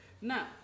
Now